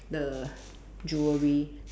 the jewellery